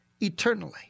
Eternally